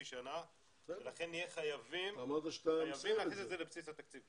ולכן נהיה חייבים להכניס את זה לבסיס התקציב.